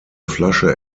flasche